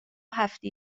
هفته